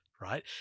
Right